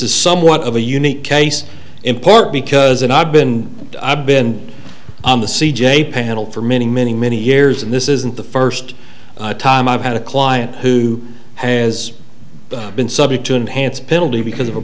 is somewhat of a unique case in part because and i've been i've been on the c j panel for many many many years and this isn't the first time i've had a client who has been subject to an enhanced penalty because of a